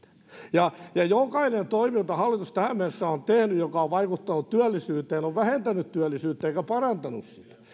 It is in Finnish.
ja jokainen sellainen toimi jonka hallitus tähän mennessä on tehnyt ja joka on vaikuttanut työllisyyteen on vähentänyt työllisyyttä eikä parantanut